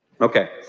Okay